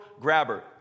grabber